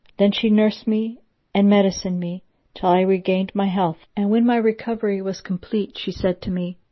then she nursed me and medicined me till i regained my health and, when my recovery was complete, she said to me,